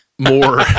More